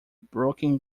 broken